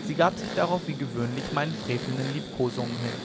sie gab sich darauf wie gewöhnlich meinen frevelnden liebkosungen hin